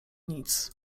nic